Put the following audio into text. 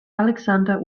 alexander